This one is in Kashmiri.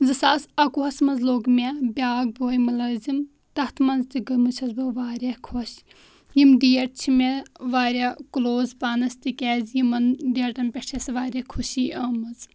زٕ ساس اَکوُہَس منٛز لوٚگ مےٚ بیٛاکھ بوے مُلٲزِم تَتھ منٛز تہِ گٔمٕژ چھس بہٕ واریاہ خۄش یِم ڈیٹ چھِ مےٚ واریاہ کٕلوز پانَس تِکیازِیِمَن ڈیٹَن پٮ۪ٹھ چھِ اَسِہ واریاہ خوشی آمٕژ